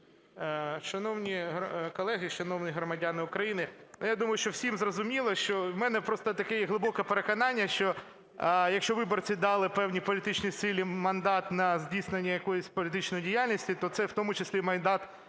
Шановні колеги, шановні громадяни України, я думаю, що всім зрозуміло, що в мене просто таке глибоке переконання, що якщо виборці дали певній політичній силі мандат на здійснення якоїсь політичної діяльності, то це в тому числі мандат